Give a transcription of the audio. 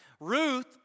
Ruth